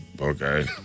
okay